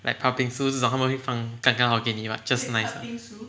like patbingsoo 这种他们会放刚刚好给你 [what] just nice